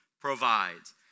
provides